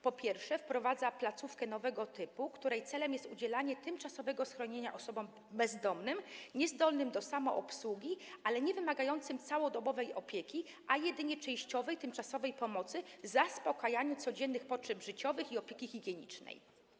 Po pierwsze, wprowadza placówkę nowego typu, której celem jest udzielanie tymczasowego schronienia osobom bezdomnym, niezdolnym do samoobsługi, ale wymagającym nie całodobowej opieki, lecz jedynie częściowej, tymczasowej pomocy w zaspokajaniu codziennych potrzeb życiowych i opieki higienicznej.